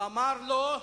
הוא אמר לו: